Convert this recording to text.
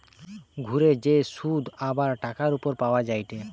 ঘুরে যে শুধ আবার টাকার উপর পাওয়া যায়টে